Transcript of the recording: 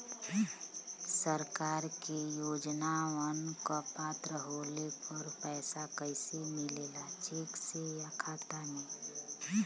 सरकार के योजनावन क पात्र होले पर पैसा कइसे मिले ला चेक से या खाता मे?